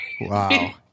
Wow